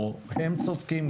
או הם צודקים.